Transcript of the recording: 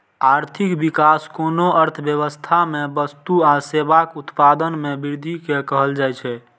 आर्थिक विकास कोनो अर्थव्यवस्था मे वस्तु आ सेवाक उत्पादन मे वृद्धि कें कहल जाइ छै